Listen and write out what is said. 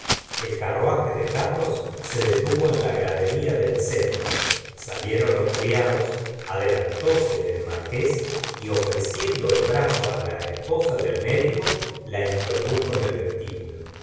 el carruaje de carlos se detuvo en la gradería del centro salieron los criados adelantóse el marqués y ofreciendo el brazo la esposa del médico la introdujo en el vestíbulo el